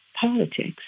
politics